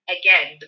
again